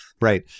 Right